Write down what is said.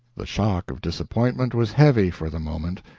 the shock of disappointment was heavy for the moment,